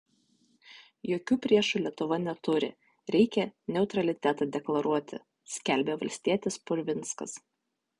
jokių priešų lietuva neturi reikia neutralitetą deklaruoti skelbė valstietis purvinskas